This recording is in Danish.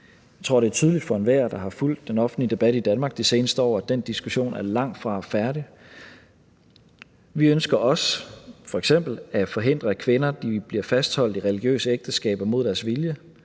Jeg tror, det er tydeligt for enhver, der har fulgt den offentlige debat i Danmark de seneste år, at den diskussion langtfra er færdig. Vi ønsker f.eks. også at forhindre, at kvinder bliver fastholdt i religiøse ægteskaber mod deres vilje